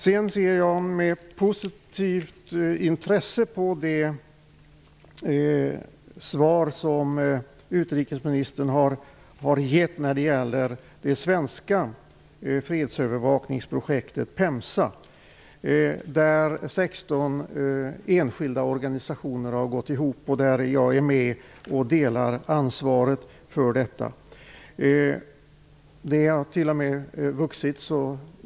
Jag ser med positivt intresse på det svar utrikesministern har givit när det gäller det svenska fredsövervakningsprojektet PEMSA. 16 enskilda organisationer gick ihop, och jag är med och delar ansvaret.